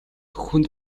хүнд